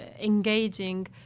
Engaging